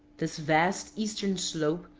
this vast eastern slope,